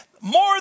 more